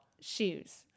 shoes